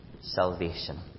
salvation